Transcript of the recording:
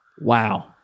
Wow